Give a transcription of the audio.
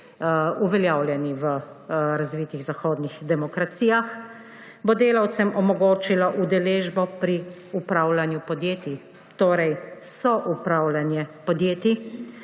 uveljavljeni v razvitih zahodnih demokracijah, se bo delavcem omogočilo udeležbo pri upravljanju podjetij, torej soupravljanje podjetij,